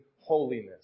holiness